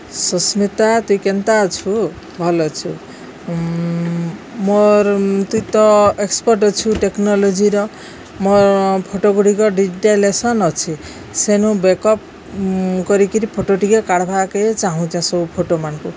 ସସ୍ମିତା ତୁଇ କେନ୍ତା ଅଛୁ ଭଲ୍ ଅଛୁ ମୋର୍ ତୁଇ ତ ଏକ୍ସ୍ପର୍ଟ୍ ଅଛୁ ଟେକ୍ନୋଲୋଜିର ମୋର୍ ଫଟୋଗୁଡ଼ିକ ଡିଜିଟାଇଜେସନ୍ ଅଛି ସେନୁ ବେକ୍ଅପ୍ କରିକିରି ଫଟୋ ଟିକେ କାଢ଼୍ବାକେ ଚାହୁଁଚେ ସବୁ ଫଟୋମାନ୍କୁ